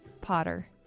Potter